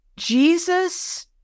Jesus